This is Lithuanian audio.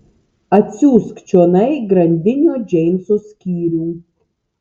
atsiųsk čionai grandinio džeimso skyrių